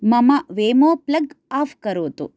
मम वेमो plug off करोतु